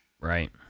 Right